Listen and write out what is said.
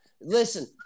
Listen